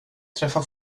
träffa